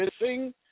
missing